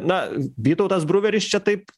na vytautas bruveris čia taip